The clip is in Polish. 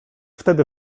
wtedy